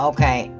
Okay